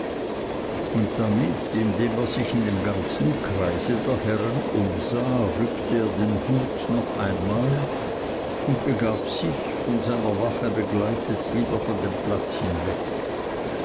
und damit indem er sich in dem ganzen kreise der herren umsah rückte er den hut noch einmal und begab sich von seiner wache begleitet wieder von dem platz hinweg